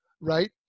Right